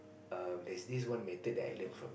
err there's this one method that I learnt from